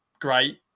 great